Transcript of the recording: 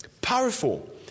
powerful